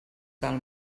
del